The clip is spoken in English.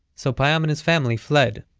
so payam and his family fled.